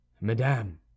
Madame